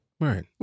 Right